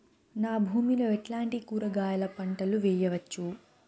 నా భూమి లో ఎట్లాంటి కూరగాయల పంటలు వేయవచ్చు?